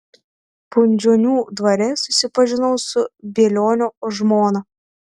punžionių dvare susipažinau su bielionio žmona